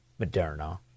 Moderna